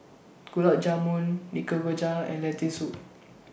Gulab Jamun Nikujaga and Lentil Soup